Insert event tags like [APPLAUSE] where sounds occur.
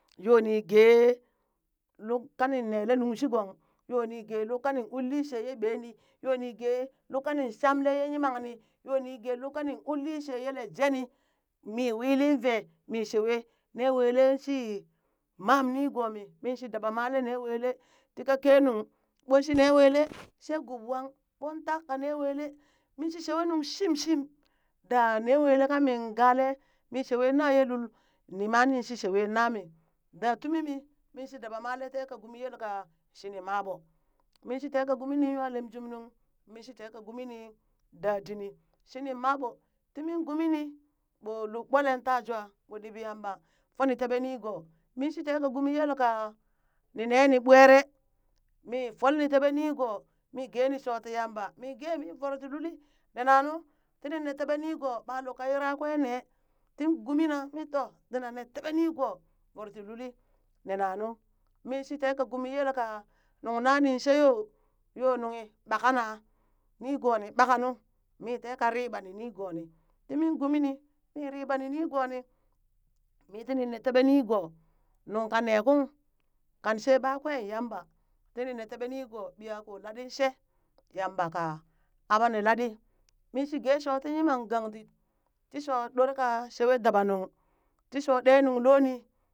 Yoo ni gee luk kanin nele nungshigong yoo ni gee lukka nin ulin she yee ɓemii, yoo ni gee lukkanin shamlee ye yimangni, yoo ni gee lukka ni uli shee yele jeni mi uli vee mii shewee nee welee shii mam niigoo mii, mii shi dabamalee ne wele tikeknuu ɓong [NOISE] shi nee wele shee guub wang ɓon taaka ne welee, min shi shewe nuŋ shimshim, daa nee welee kami galee min shewee na ye lul nima nin shi shewe na mii, da tumi mi min shi dabamalee tee kaa gumii yelke shini ma ɓoo min shi tee ka gumi ni ywa lem jungnung min shi tee ka guminin dadini shinin man ɓoo, timin gumini ɓooh lub ɓoole taa jwaa ɓoo ɗiɓ yamba foni teɓee niigoo min shi teka gumi yelke ni nee ni ɓweree mii folee ni teɓee niigoo mii geeni shooti yamba mii gee mii voro tii luli nenenuu tiini ne teɓee nigoo ɓaa lukaa yirakwee nee tiin gumina aa too tina nee teɓee nigoo voro tii lulee nenanuu mii shii teka gumi yelka nun nanin she yo yo nunghi ɓa ka na nigooni ɓakana nu, mii tee ka riɓani nigoo ni, timin gumi ni mi riɓani nigooni mi tini nee teɓee nigoo, nuŋ kanee kung kanshe ɓakwee yamba, tii ninee teɓee nigoo ɓiyakoo laɗinshee yamba ka aɓani laɗi min shi gee shoo tii yimang gandit ti shoo ɗor ka shewee daɓnung tii shoo ɗe nung looni.